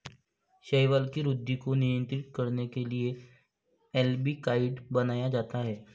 शैवाल की वृद्धि को नियंत्रित करने के लिए अल्बिकाइड बनाया जाता है